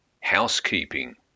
Housekeeping